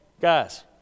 guys